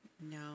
No